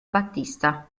battista